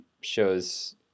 shows